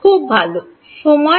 খুব ভালো সময়